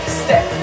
step